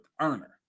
earner